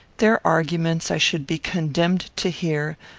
their arguments i should be condemned to hear,